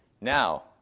Now